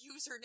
username